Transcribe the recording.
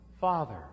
father